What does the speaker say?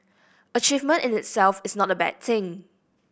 achievement in itself is not a bad thing